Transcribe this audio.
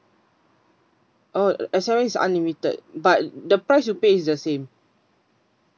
oh S_M_S is unlimited but the price you pay is the same